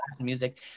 music